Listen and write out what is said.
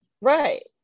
Right